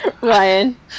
Ryan